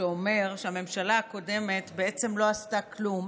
שאומר שהממשלה הקודמת בעצם לא עשתה כלום